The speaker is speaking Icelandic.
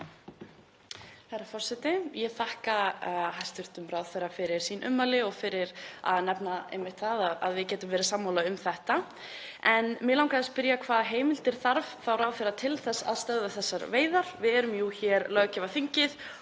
Herra forseti. Ég þakka hæstv. ráðherra fyrir sín ummæli og fyrir að nefna einmitt það að við getum verið sammála um þetta. En mig langaði að spyrja: Hvaða heimildir þarf þá ráðherra til að stöðva þessar veiðar? Við erum jú löggjafarþingið